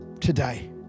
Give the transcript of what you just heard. Today